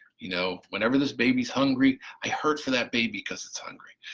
you know whenever this baby's hungry, i hurt for that baby because it's hungry.